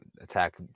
attack